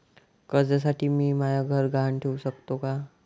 कर्जसाठी मी म्हाय घर गहान ठेवू सकतो का